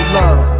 love